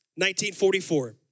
1944